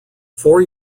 four